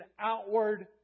outward